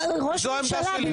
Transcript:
זו העמדה שלי.